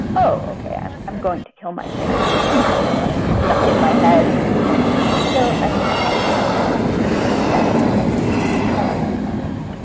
oh, ok, ah i'm going to kill my parents and that's just in my head so i'm taking all these tiny steps to try and